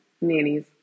nannies